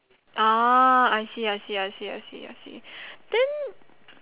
ah I see I see I see I see I see then